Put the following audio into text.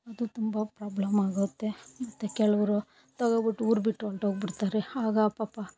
ಅದು ತುಂಬ ಪ್ರಾಬ್ಲಮ್ಮಾಗುತ್ತೆ ಮತ್ತು ಕೆಲವರು ತಗೋಬಿಟ್ಟು ಊರು ಬಿಟ್ಟು ಹೊರ್ಟೋಗ್ಬಿಡ್ತಾರೆ ಆಗ ಪಾಪ